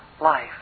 life